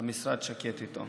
המשרד שקט איתו.